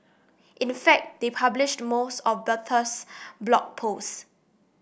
in fact they published most of Bertha's Blog Posts